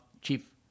Chief